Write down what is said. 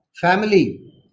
family